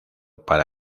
para